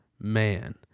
man